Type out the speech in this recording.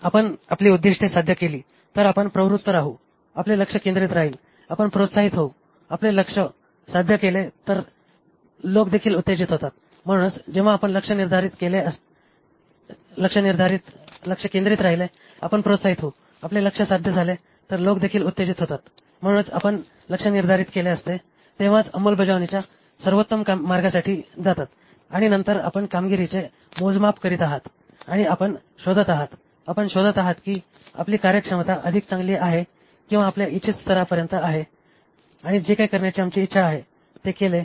आपण आपली उद्दीष्टे साध्य केली तर आपण प्रवृत्त राहू आपले लक्ष केंद्रित राहिल आपण प्रोत्साहित होऊ आपले लक्ष्य साध्य केले तर लोक देखील उत्तेजित होतात म्हणूनच जेव्हा आपण लक्ष्य निर्धारित केले असते तेव्हाच अंमलबजावणीच्या सर्वोत्तम मार्गासाठी जातात आणि नंतर आपण कामगिरीचे मोजमाप करीत आहात आणि आपण शोधत आहात आपण शोधत आहात की आपली कार्यक्षमता अधिक चांगली आहे किंवा आपल्या इच्छित स्तरापर्यंत आहे आणि जे काही करण्याची आमची इच्छा आहे आपण ते केले